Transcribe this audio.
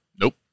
Nope